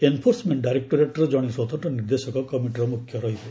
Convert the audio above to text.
enforcement ଡାଇରେକ୍ଟୋରେଟର କଣେ ସ୍ୱତନ୍ତ୍ର ନିର୍ଦ୍ଦେଶକ କମିଟିର ମୁଖ୍ୟ ରହିବେ